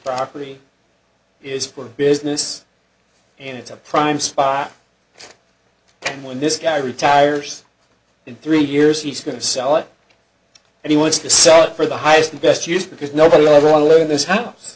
property is for business and it's a prime spot and when this guy retires in three years he's going to sell it and he wants to sell it for the highest and best use because nobody will ever want to live in this house